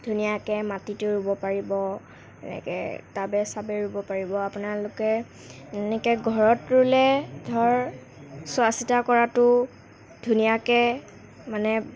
ধুনীয়াকৈ মাটিতো ৰুব পাৰিব এনেকৈ টাবে চাবে ৰুব পাৰিব আপোনালোকে এনেকৈ ঘৰত ৰুলে ধৰক চোৱাচিতা কৰাতো ধুনীয়াকৈ মানে